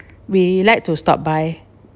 we like to stop by